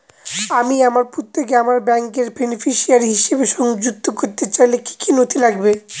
আমি আমার পুত্রকে আমার ব্যাংকের বেনিফিসিয়ারি হিসেবে সংযুক্ত করতে চাইলে কি কী নথি লাগবে?